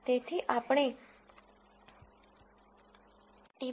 તેથી આપણે ટી